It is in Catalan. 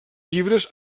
llibres